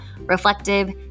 reflective